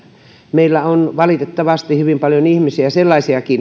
meillä on hyvin paljon sellaisia